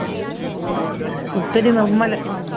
കുത്തരി Nirmal